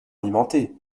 alimentées